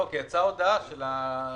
לא, כי יצאה הודעה של השר